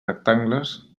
rectangles